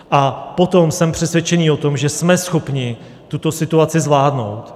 A potom jsem přesvědčený o tom, že jsme schopni tuto situaci zvládnout.